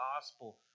gospel